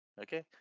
okay